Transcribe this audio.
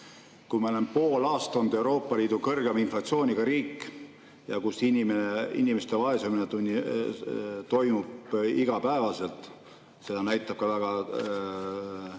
Me oleme pool aastat olnud Euroopa Liidu kõrgeima inflatsiooniga riik, kus inimeste vaesumine toimub igapäevaselt. Seda näitab väga